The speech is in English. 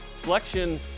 Selection